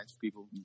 People